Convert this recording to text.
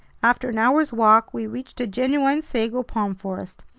after an hour's walk we reached a genuine sago palm forest.